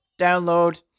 download